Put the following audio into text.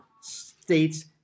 states